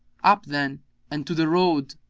up then and to the road!